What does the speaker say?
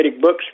books